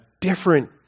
different